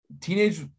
Teenage –